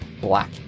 black